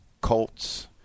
Colts